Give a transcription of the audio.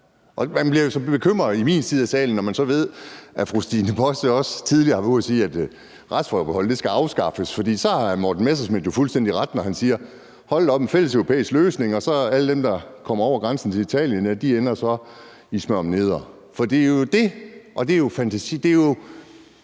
Man bliver bekymret i min side af salen, når man så ved, at fru Stine Bosse også tidligere har været ude at sige, at retsforbeholdet skal afskaffes. For så har Morten Messerschmidt jo fuldstændig ret, når han siger, at hold da op, en fælleseuropæisk løsning, og at så ender alle dem, der kommer over grænsen til Italien, i Smørumnedre. Det er jo ikke bare noget,